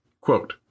Quote